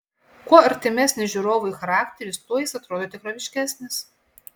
kuo artimesnis žiūrovui charakteris tuo jis atrodo tikroviškesnis